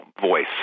voice